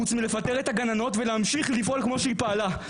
חוץ מלפטר את הגננות ולהמשיך לפעול כמו שהיא פעלה.